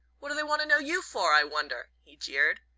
what do they want to know you for, i wonder? he jeered.